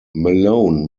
malone